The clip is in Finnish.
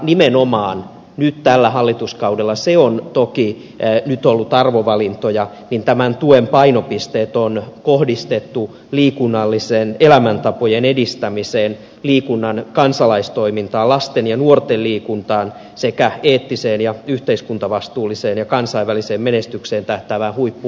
nimenomaan nyt tällä hallituskaudella se on toki nyt ollut arvovalintoja tämän tuen painopisteet on kohdistettu liikunnallisten elämäntapojen edistämiseen liikunnan kansalaistoimintaan lasten ja nuorten liikuntaan sekä eettiseen ja yhteiskuntavastuulliseen ja kansainväliseen menestykseen tähtäävään huippu urheiluun